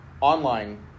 online